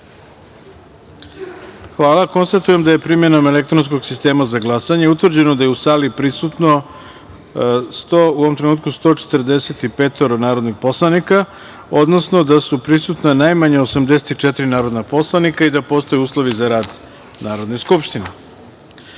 jedinice. Hvala. Konstatujem da je, primenom elektronskog sistema za glasanje, utvrđeno da je u sali prisutno, u ovom momentu, 145 narodnih poslanika, odnosno da su prisutna najmanje 84 narodna poslanika i da postoje uslovi za rad Narodne skupštine. Da